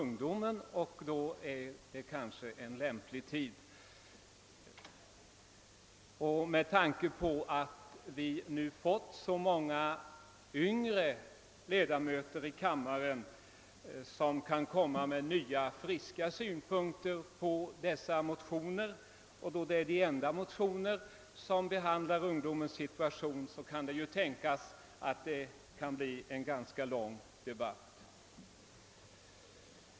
Med tanke på att vi nu fått så många yngre ledamöter i kammaren, som kan komma med nya friska synpunkter på dessa motioner, vilka är de enda som behandlar ungdomens situation, kan det tänkas att det nu kan bli en ganska lång debatt.